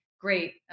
great